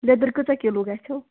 لیدٕر کٲژاہ کِلوٗ گَژھو